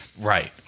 Right